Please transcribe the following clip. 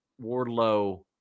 Wardlow